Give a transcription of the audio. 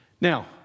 Now